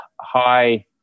high